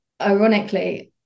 Ironically